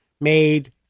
made